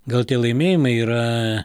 gal tie laimėjimai yra